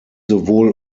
sowohl